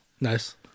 Nice